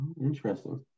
Interesting